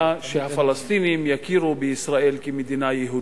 שהפלסטינים יכירו בישראל כמדינה יהודית.